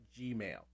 gmail